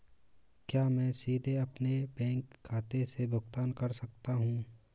क्या मैं सीधे अपने बैंक खाते से भुगतान कर सकता हूं?